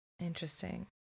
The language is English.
Interesting